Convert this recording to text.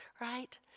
right